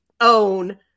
own